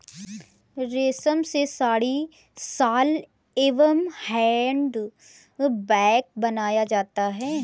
रेश्म से साड़ी, शॉल एंव हैंड बैग बनाया जाता है